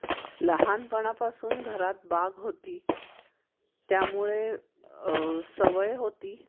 लहानपणापासून घरात बाग होती त्यामुळे सवय होती